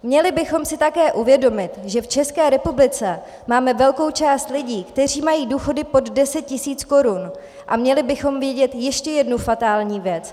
Měli bychom si také uvědomit, že v České republice máme velkou část lidí, kteří mají důchody pod 10 tisíc korun, a měli bychom vědět ještě jednu fatální věc.